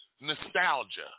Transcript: nostalgia